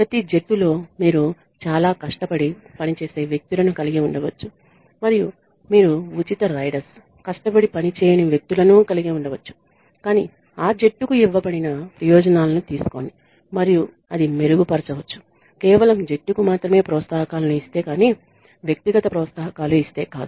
ప్రతి జట్టులో మీరు చాలా కష్టపడి పనిచేసే వ్యక్తులను కలిగి ఉండవచ్చు మరియు మీరు ఉచిత రైడర్స్ కష్టపడి పనిచేయని వ్యక్తులను కలిగి ఉండవచ్చు కానీ ఆ జట్టుకు ఇవ్వబడిన ప్రయోజనాలను తీసుకోండి మరియు అది మెరుగుపరచవచ్చు కేవలం జట్టుకు మాత్రమే ప్రోత్సాహకాలను ఇస్తే కానీ వ్యక్తిగత ప్రోత్సాహకాలు ఇస్తే కాదు